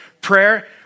Prayer